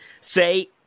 say